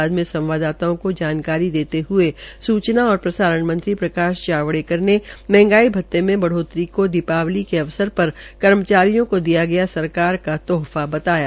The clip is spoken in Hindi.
बाद में संवाददाताओं को जानकारी देते हुए सूचना और प्रसारण मंत्री प्रकाश जावड़ेकर ने महंगाई भत्ते में बढ़ोतरी को दीपावली के अवसर पर कर्मचारियों को दिया गया सरकार का तोहफा बताया